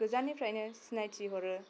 गोजाननिफ्रायनो सिनायथि हरो